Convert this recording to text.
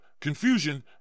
confusion